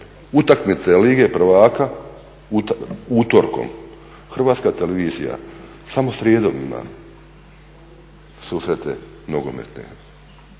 utakmice Lige prvaka, utorkom, Hrvatska televizija samo srijedom ima susrete nogometne,